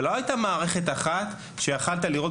אבל לא הייתה מערכת אחת שבה יכולת לראות,